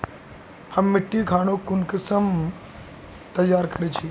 हम मिट्टी खानोक कुंसम तैयार कर छी?